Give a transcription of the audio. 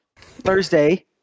Thursday